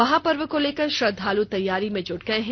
महापर्व को लेकर श्रद्धालु तैयारी में जुट गये हैं